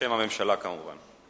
בשם הממשלה כמובן.